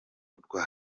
rwa